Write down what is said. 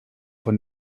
von